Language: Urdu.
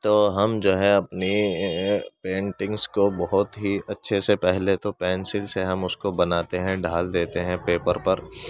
تو ہم جو ہے اپنی پینٹنگس کو بہت ہی اچھے سے پہلے تو پینسل سے ہم اس کو بناتے ہیں ڈھال دیتے ہیں پیپر پر